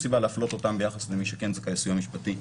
סיבה להפלות אותם ביחס למי שכן זכאי לסיוע משפטי.